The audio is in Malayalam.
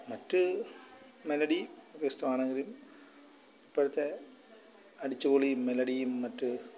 മറ്റ് മെലഡി ഇഷ്ടമാണെങ്കിലും ഇപ്പോഴത്തെ അടിച്ചുപൊളി മെലഡിയും മറ്റ്